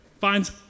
finds